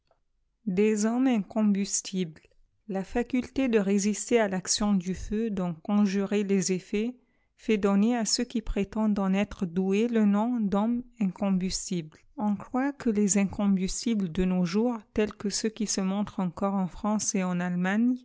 ds hommes incombustibles la faculté de résister à l'action du feu d'en conjurer les effets fait donner à ceux qui prétendent en être doués le nom dkommes incombustibles on croit que les incombustibles de nos jours tels que ceux qui se montrent encore en france et en allemagne